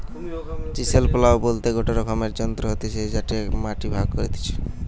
chisel plough বলতে গটে রকমকার যন্ত্র হতিছে যাতে মাটি ভাগ করতিছে